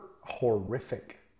horrific